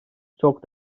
çok